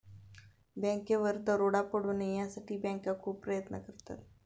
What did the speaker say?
बँकेवर दरोडा पडू नये यासाठी बँका खूप प्रयत्न करतात